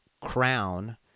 crown